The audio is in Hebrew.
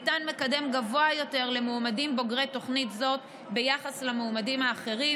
ניתן מקדם גבוה יותר למועמדים בוגרי תוכנית זאת ביחס למועמדים האחרים,